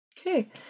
Okay